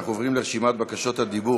אנחנו עוברים לרשימת בקשות הדיבור.